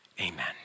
Amen